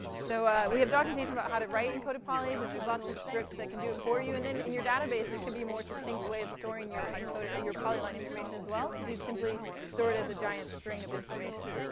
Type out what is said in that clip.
so we have documentation about how to write encoded polys, and there's lots of scripts that can do it for you, and then, in your database, it could be a more succinct way of storing your encoded your polyline information as well, because you would simply store it as a giant string of information.